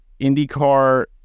IndyCar